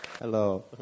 Hello